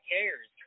Cares